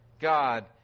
God